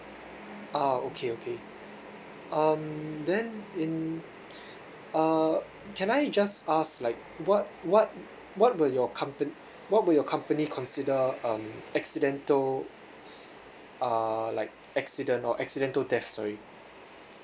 ah okay okay um then in uh can I just ask like what what what were your compan~ what will your company consider um accidental uh like accident or accidental death sorry